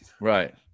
Right